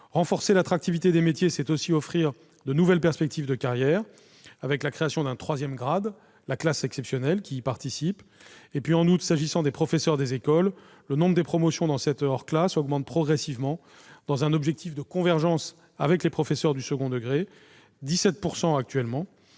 Renforcer l'attractivité des métiers, c'est aussi offrir de nouvelles perspectives de carrière. La création d'un troisième grade, la classe exceptionnelle, participe de cette évolution. En outre, s'agissant des professeurs des écoles, le nombre des promotions dans cette hors classe augmente progressivement dans un objectif de convergence avec les professeurs du second degré, alors que la